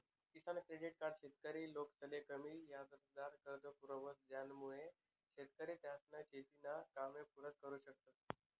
किसान credit card शेतकरी लोकसले कमी याजदरमा कर्ज पुरावस ज्यानामुये शेतकरी त्यासना शेतीना कामे पुरा करु शकतस